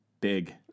big